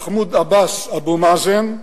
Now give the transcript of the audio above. מחמוד עבאס, אבו מאזן,